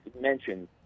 mentioned